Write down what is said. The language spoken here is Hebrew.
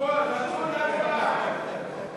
התשע"ד 2013, לוועדה שתקבע ועדת הכנסת נתקבלה.